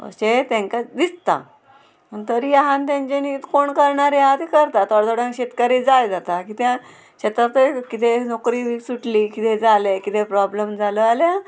अशें तेंकां दिसता तरी आहा तेंच्यानी कोण करणारे आहा ते करता थोड्या थोड्यांक शेतकरी जाय जाता कित्याक शेतांतय कितें नोकरी सुटली कितें जालें कितें प्रोब्लेम जालो जाल्यार